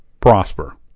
prosper